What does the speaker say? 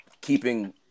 Keeping